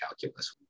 calculus